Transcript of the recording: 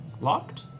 Locked